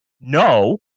No